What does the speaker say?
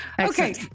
Okay